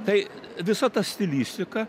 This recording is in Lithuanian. tai visa ta stilistika